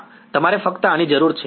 વિદ્યાર્થી તમારે ફક્ત આની જરૂર છે